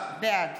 בעד